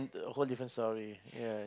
whole different story ya